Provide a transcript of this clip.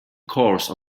course